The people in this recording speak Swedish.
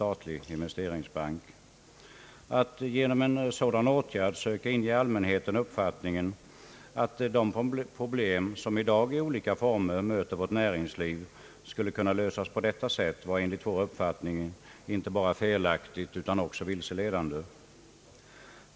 Att genom en sådan åtgärd söka inge allmänheten uppfattningen att de problem, som i dag i olika former möter vårt näringsliv, skulle kunna lösas på detta sätt var enligt vår uppfattning inte bara felaktigt utan också vilseledande.